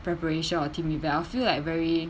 preparation or team event I'll feel like very